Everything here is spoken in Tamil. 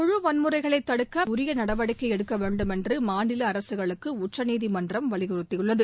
குழு வன்முறைகளை தடுக்க உரிய நடவடிக்கை எடுக்க வேண்டும் என்று மாநில அரசுகளுக்கு உச்சநீதிமன்றம் வலியுறுத்தியுள்ளது